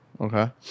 okay